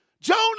Jonah